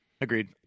Agreed